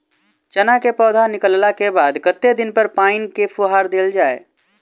चना केँ पौधा निकलला केँ बाद कत्ते दिन पर पानि केँ फुहार देल जाएँ?